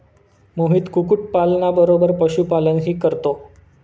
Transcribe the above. मोहित कुक्कुटपालना बरोबर पशुपालनही करतो